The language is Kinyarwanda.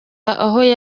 aho